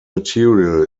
material